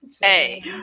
Hey